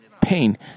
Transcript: pain